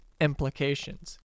implications